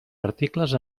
articles